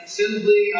simply